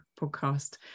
podcast